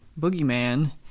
boogeyman